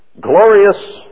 glorious